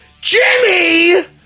Jimmy